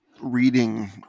reading